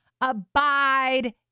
abide